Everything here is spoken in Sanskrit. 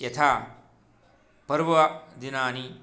यथा पर्वदिनानि